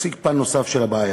להציג פן נוסף של הבעיה.